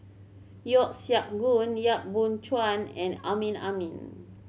Yeo Siak Goon Yap Boon Chuan and Amrin Amin